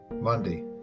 Monday